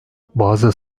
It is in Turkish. bazı